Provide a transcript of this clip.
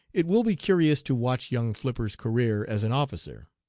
it will be curious to watch young flipper's career as an officer.